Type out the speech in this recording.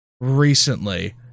Recently